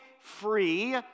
free